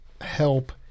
help